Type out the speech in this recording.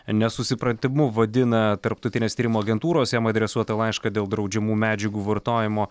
nesusipratimu vadina tarptautinės tyrimų agentūros jam adresuotą laišką dėl draudžiamų medžiagų vartojimo